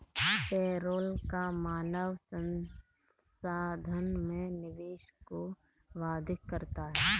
payroll कर मानव संसाधन में निवेश को बाधित करता है